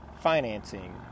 financing